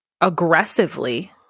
aggressively